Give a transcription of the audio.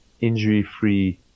injury-free